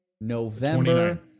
November